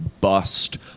bust